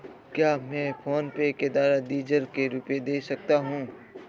क्या मैं फोनपे के द्वारा डीज़ल के रुपए दे सकता हूं?